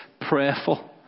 prayerful